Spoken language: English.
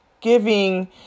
giving